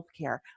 healthcare